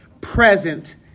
present